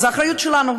אז האחריות שלנו,